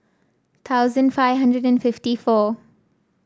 thousand five hundred and fifty four